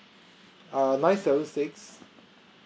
err nine seven six